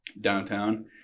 downtown